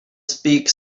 speak